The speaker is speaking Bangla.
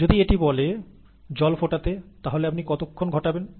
যদি এটি বলে জল ফোটাতে তাহলে আপনি কতক্ষণ ঘটাবেন